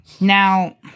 Now